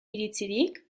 iritzirik